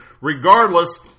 regardless